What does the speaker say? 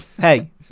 Hey